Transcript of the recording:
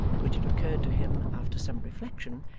which it occurred to him, after some reflection,